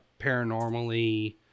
paranormally